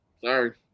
Sorry